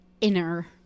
Inner